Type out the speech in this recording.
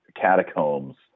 catacombs